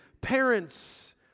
parents